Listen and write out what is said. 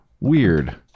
Weird